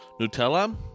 Nutella